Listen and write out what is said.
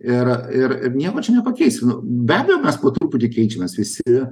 ir ir ir nieko čia nepakeisi nu be abejo mes po truputį keičiamės visi